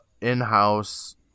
in-house